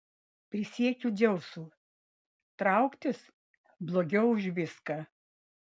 prisiekiu dzeusu trauktis blogiau už viską